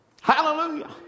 Hallelujah